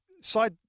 side